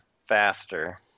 faster